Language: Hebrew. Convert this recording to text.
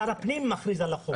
שר הפנים מכריז על החוף.